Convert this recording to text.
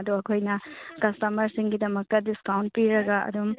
ꯑꯗꯣ ꯑꯩꯈꯣꯏꯅ ꯀꯁꯇꯃꯔꯁꯤꯡꯒꯤꯗꯃꯛꯇ ꯗꯤꯁꯀꯥꯎꯟ ꯄꯤꯔꯒ ꯑꯗꯨꯝ